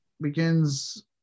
begins